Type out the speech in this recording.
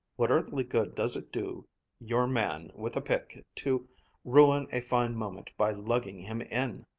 what earthly good does it do your man with a pick to ruin a fine moment by lugging him in!